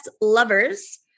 Lovers